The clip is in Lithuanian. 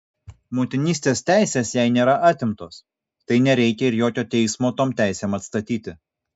motinystės teisės jai nėra atimtos tai nereikia ir jokio teismo tom teisėm atstatyti